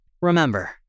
Remember